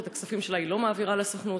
את הכספים שלה היא לא מעבירה לסוכנות.